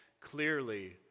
clearly